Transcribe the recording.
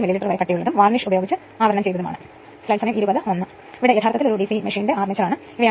വൈദ്യുതി ആണ് I2 എന്ന് പറയുന്നത്